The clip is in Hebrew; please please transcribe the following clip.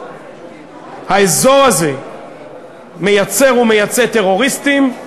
האזור הזה מייצר ומייצא טרוריסטים,